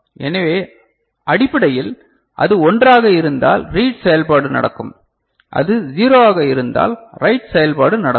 எனவே அடிப்படையில் அது 1 ஆக இருந்தால் ரீட் செயல்பாடு நடக்கும் அது 0 ஆக இருந்தால் ரைட் செயல்பாடு நடக்கும்